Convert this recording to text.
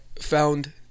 found